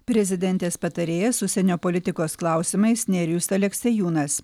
prezidentės patarėjas užsienio politikos klausimais nerijus aleksiejūnas